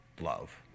love